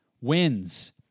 wins